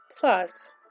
Plus